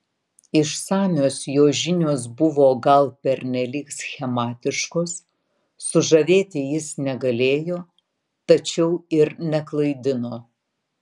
išsamios jo žinios buvo gal pernelyg schematiškos sužavėti jis negalėjo tačiau ir neklaidino